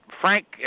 Frank